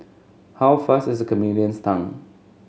how fast is a chameleon's tongue